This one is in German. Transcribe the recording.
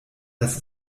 dass